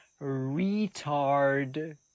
retard